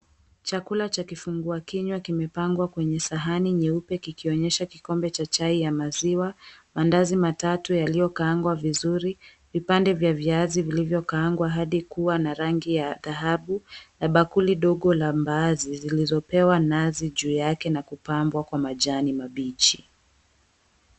Chakula cha kifungua kinywa, kimepangwa kwenye sahani nyeupe. Kikionyesha kikombe cha chai ya maziwa, mandazi matatu yaliyokaangwa vizuri, vipande vya viazi vilivyokaangwa hadi kuwa na rangi ya dhahabu, na bakuli ndogo la mbaazi zilizopewa nazi juu yake na kupambwa kwa majani mabichi.